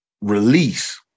release